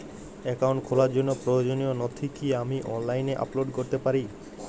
Account খোলার জন্য প্রয়োজনীয় নথি কি আমি অনলাইনে আপলোড করতে পারি?